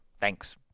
Thanks